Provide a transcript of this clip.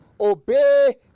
obey